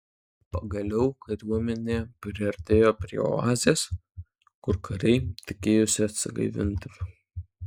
pagaliau kariuomenė priartėjo prie oazės kur kariai tikėjosi atsigaivinti